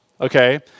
okay